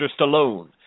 Stallone